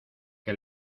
que